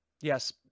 Yes